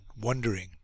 wondering